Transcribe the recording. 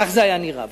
כך זה נראה אז.